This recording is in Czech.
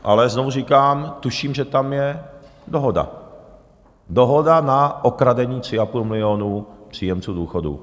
Ale znovu říkám, tuším, že tam je dohoda, dohoda na okradení 3,5 milionu příjemců důchodů.